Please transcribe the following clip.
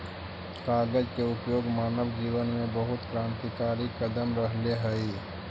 कागज के उपयोग मानव जीवन में बहुत क्रान्तिकारी कदम रहले हई